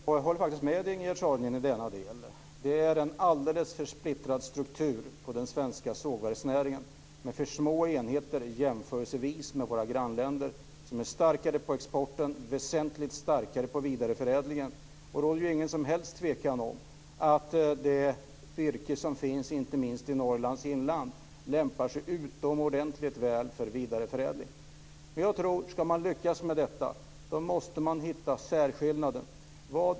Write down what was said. Fru talman! Jag håller faktiskt med Ingegerd Saarinen i denna del. Det är en alldeles för splittrad struktur på den svenska sågverksnäringen. Det är för små enheter om man jämför med våra grannländer som är starkare på exporten och väsentligt starkare när det gäller vidareförädling. Det råder ingen som helst tvekan om att det virke som finns inte minst i Norrlands inland lämpar sig utomordentligt väl för vidareförädling. Jag tror att om man ska lyckas med detta måste man hitta särskillnaden.